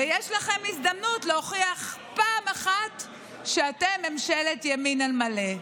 ויש לכם הזדמנות להוכיח פעם אחת שאתם ממשלת ימין על מלא.